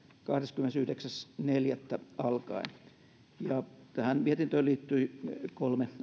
kahdeskymmenesyhdeksäs neljättä alkaen tähän mietintöön liittyi kolme